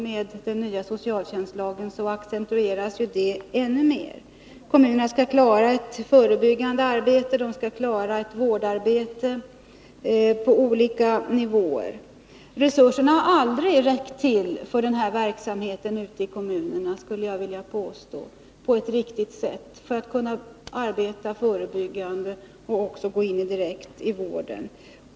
Med den nya socialtjänstlagen accentueras det ännu mer. Kommunerna skall klara ett förebyggande arbete, och de skall klara ett vårdarbete på olika nivåer. Resurserna har aldrig räckt till ute i kommunerna, skulle jag vilja 12 Riksdagens protokoll 1981/82:151-153 påstå, för att verksamheten skulle kunna drivas på ett riktigt sätt, med förebyggande arbete och en direkt insats i vården.